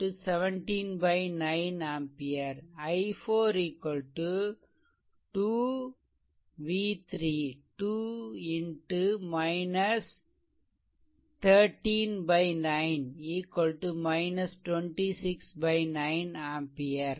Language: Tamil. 17 9 ampere i4 2 v3 2 X 13 9 26 9 ampere